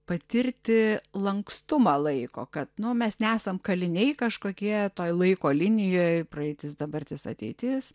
patirti lankstumą laiko kad nu mes nesam kaliniai kažkokie toj laiko linijoj praeitis dabartis ateitis